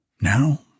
now